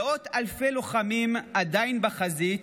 מאות אלפי לוחמים עדיין בחזית,